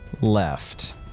left